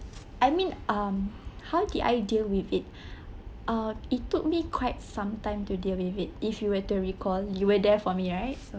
I mean um how did I deal with it uh it took me quite some time to deal with it if you were to recall you were there for me right so